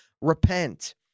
Repent